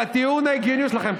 של הטיעון ההגיוני שלכם.